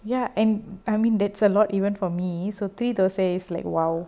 ya and I mean that's a lot even for me so three thosai it's like !wow!